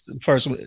first